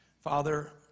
Father